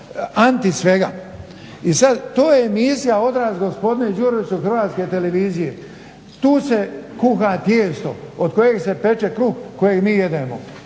anti svega. I sad to je emisija odraz gospodine Đuroviću HRT-a, tu se kuha tijesto od kojeg se peče kruh kojeg mi jedemo,